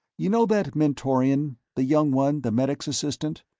you know that mentorian the young one, the medic's assistant?